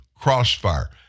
Crossfire